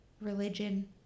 religion